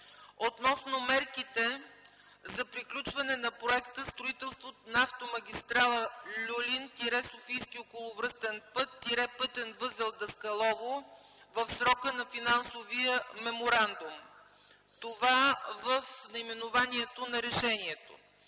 относно мерки за приключване на Проекта „Строителство на автомагистрала „Люлин” – Софийски околовръстен път – пътен възел „Даскалово” в срока на финансовия меморандум.” Това да бъде в наименованието на решението.